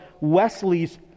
Wesley's